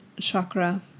chakra